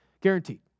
Guaranteed